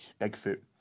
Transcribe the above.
Bigfoot